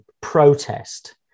protest